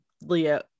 Leo